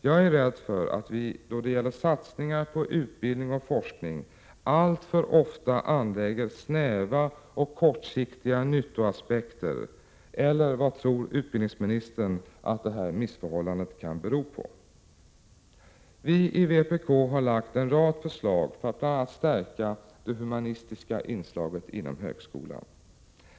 Jag är rädd för att vi då det gäller satsningar på utbildning och forskning alltför ofta anlägger snäva och kortsiktiga nyttoaspekter — eller vad tror utbildningsministern att det här missförhållandet kan bero på? Vi i vpk har lagt fram en rad förslag för att bl.a. stärka det humanistiska inslaget inom högskolan.